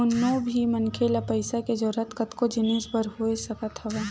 कोनो भी मनखे ल पइसा के जरुरत कतको जिनिस बर हो सकत हवय